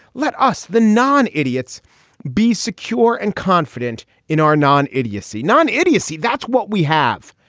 let us, the non idiots be secure and confident in our non idiocy. non idiocy. that's what we have.